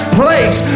place